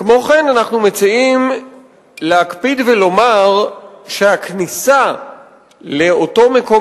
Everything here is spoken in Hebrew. כמו כן אנחנו מציעים להקפיד ולומר שהכניסה לאותו מקום